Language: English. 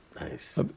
nice